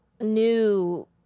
new